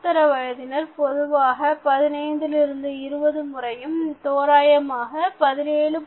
நடுத்தர வயதினர் பொதுவாக 15 லிருந்து 20 முறையும் தோராயமாக 17